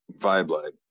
vibe-like